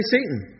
Satan